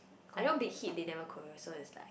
I know Big-Hit they never choreo so it's like